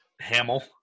Hamill